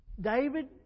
David